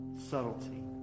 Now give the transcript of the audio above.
Subtlety